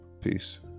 Peace